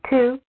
Two